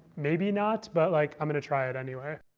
maybe not, but like i'm going to try it anyway.